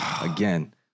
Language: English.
again